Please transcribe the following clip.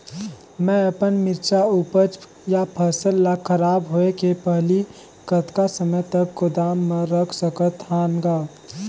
मैं अपन मिरचा ऊपज या फसल ला खराब होय के पहेली कतका समय तक गोदाम म रख सकथ हान ग?